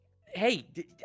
Hey